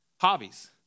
Hobbies